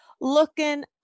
looking